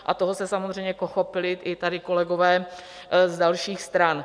A toho se samozřejmě chopili i tady kolegové z dalších stran.